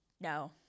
no